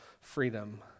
freedom